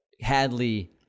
Hadley